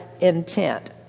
intent